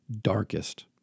darkest